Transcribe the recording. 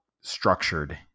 structured